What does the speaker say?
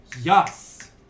Yes